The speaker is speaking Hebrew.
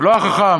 ולא החכם,